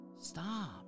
Stop